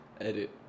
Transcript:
edit